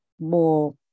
more